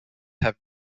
have